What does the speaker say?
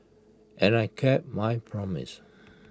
and I kept my promise